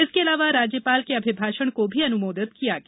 इसके अलावा राज्यपाल के अभिभाषण को भी अनुमोदित किया गया